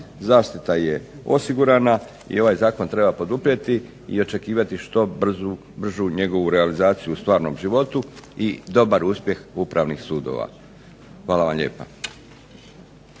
zaštita je osigurana i ovaj Zakon treba poduprijeti i očekivati što bržu njegovu realizaciju u stvarnom životu i dobar uspjeh upravnih sudova. Hvala vam lijepa.